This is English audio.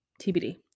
TBD